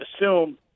assume